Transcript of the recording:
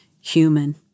human